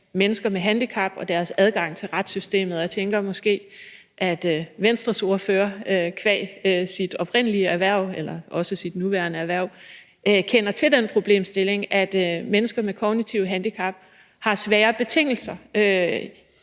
mennesker med handicap og deres adgang til retssystemet, og jeg tænker måske, at Venstres ordfører qua sit oprindelige erhverv eller også sit nuværende erhverv kender til den problemstilling, at mennesker med kognitive handicap har svære betingelser